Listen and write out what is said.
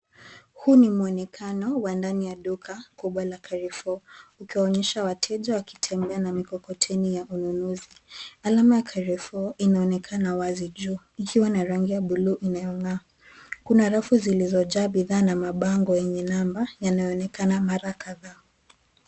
Huu ni mwonekano wa ndani ya duka kubwa la Carrefour ukiwaonyesha wateja wakitembea na mikokoteni ya ununuzi, alama ya Carrefour inaonekan wazi juu ikiwa na rangi ya bluu inayongaa, kuna rafu zilizojaa bidhaa na mabango yenye namba yanaonekana mara kadhaa.